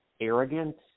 arrogant